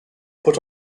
put